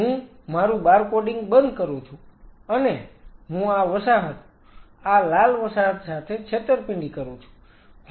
હું મારૂ બારકોડિંગ બંધ કરું છું અને હું આ વસાહત આ લાલ વસાહત સાથે છેતરપિંડી કરું છું